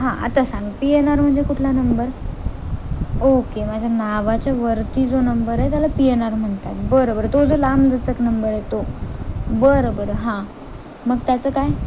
हां आता सांग पी एन आर म्हणजे कुठला नंबर ओके माझ्या नावाच्या वरती जो नंबर आहे त्याला पी एन आर म्हणतात बरं बरं तो जो लांबलचक नंबर आहे तो बरं बरं हां मग त्याचं काय